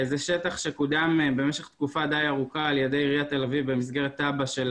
זה שטח שקודם תקופה די ארוכה על ידי עיריית תל אביב במסגרת תב"ע של